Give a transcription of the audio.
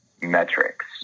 metrics